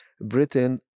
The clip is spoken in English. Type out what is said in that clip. Britain